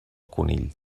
conill